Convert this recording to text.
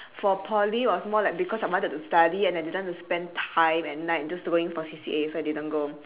for poly was more like because I wanted to study and I didn't want to spend time and night just to going for C_C_A so I didn't go